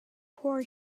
poor